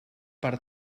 per